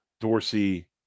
Dorsey